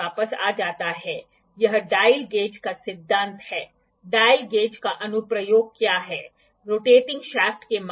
पारंपरिक या electronic clinometer ऐसे उपकरण हैं जो स्पिरिट लेवल के मूल सिद्धांत को नियोजित करते हैं लेकिन बहुत उच्च रिज़ॉल्यूशन के साथ